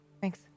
Thanks